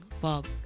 bob